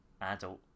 adult